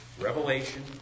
Revelation